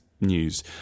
news